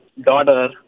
daughter